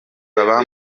baba